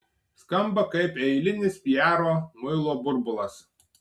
skamba kaip eilinis piaro muilo burbulas